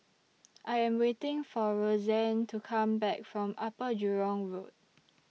I Am waiting For Rozanne to Come Back from Upper Jurong Road